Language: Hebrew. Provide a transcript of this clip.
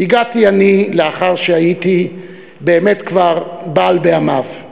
הגעתי אני לאחר שהייתי באמת כבר בעל בעמיו.